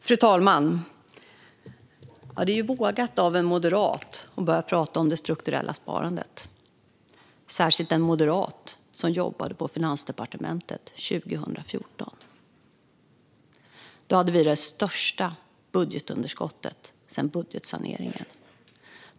Fru talman! Det är vågat av en moderat att börja prata om det strukturella sparandet, särskilt en moderat som jobbade på Finansdepartementet 2014. Då hade vi det största budgetunderskottet sedan budgetsaneringen.